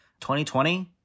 2020